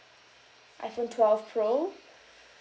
iphone twelve pro